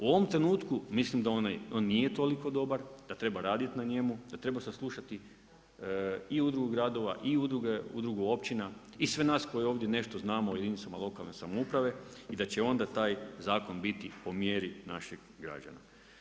U ovom trenutku, mislim da on nije toliko dobar, da treba raditi na njemu, da treba saslušati i udruge gradova i udrugu općina i sve nas koji ovdje nešto znamo o jedinicama lokalne samouprave i da će onda taj zakon biti po mjeri naših građana.